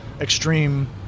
extreme